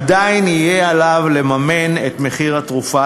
עדיין יהיה עליו לממן את מחיר התרופה,